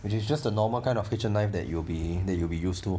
which is just a normal kind of kitchen knife that you will be that you will be use to